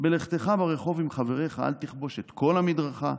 בלכתך ברחוב עם חבריך אל תכבוש את כל המדרכה,